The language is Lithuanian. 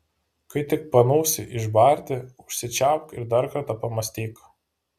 kai tik panūsi išbarti užsičiaupk ir dar kartą pamąstyk